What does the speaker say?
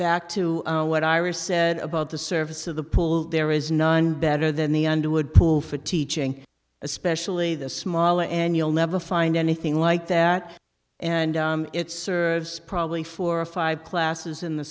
back to what ira said about the service of the pool there is none better than the underwood pool for teaching especially the small and you'll never find anything like that and it serves probably four or five classes in the